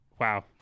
Wow